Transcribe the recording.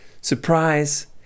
surprise